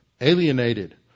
alienated